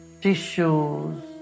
tissues